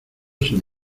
sin